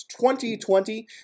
2020